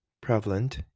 prevalent